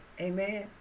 Amen